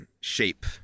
shape